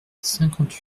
cinquante